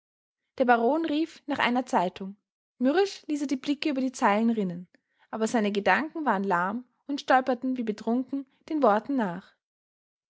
der baron rief nach einer zeitung mürrisch ließ er die blicke über die zeilen rinnen aber seine gedanken waren lahm und stolperten wie betrunken den worten nach